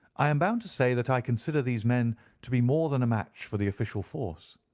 i am bound to say that i consider these men to be more than a match for the official force,